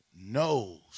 knows